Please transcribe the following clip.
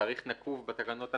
תאריך נקוב בתקנות עצמן,